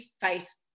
face